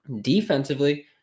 Defensively